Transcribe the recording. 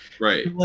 Right